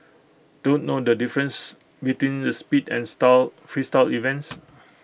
don't know the difference between the speed and style Freestyle events